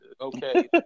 okay